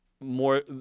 more